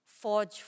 forge